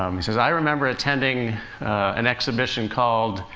um he says, i remember attending an exhibition called,